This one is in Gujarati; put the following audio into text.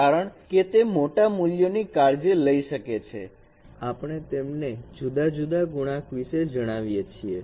કારણ કે તે મોટા મૂલ્યોની કાળજી લઈ શકે છે આપણે તેમને જુદા જુદા ગુણાંક વિશે જણાવીએ છીએ